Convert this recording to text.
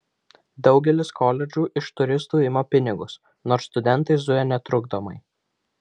daugelis koledžų iš turistų ima pinigus nors studentai zuja netrukdomai